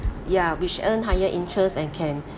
ya which earn higher interest and can